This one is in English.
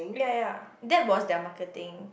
ya ya that was their marketing